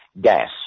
gas